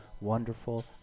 wonderful